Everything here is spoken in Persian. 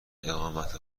اقامت